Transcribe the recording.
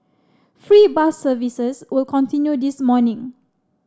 free bus services will continue this morning